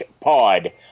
Pod